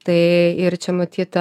tai ir čia matyt